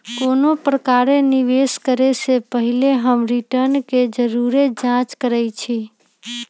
कोनो प्रकारे निवेश करे से पहिले हम रिटर्न के जरुरे जाँच करइछि